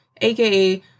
aka